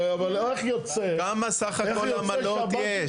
אבל אז יוצא --- כמה סך הכול עמלות יש?